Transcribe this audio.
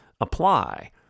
apply